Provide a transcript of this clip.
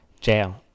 Jail